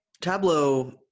tableau